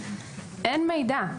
אין מידע,